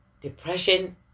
depression